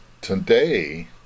today